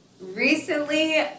Recently